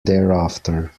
thereafter